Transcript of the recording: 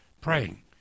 praying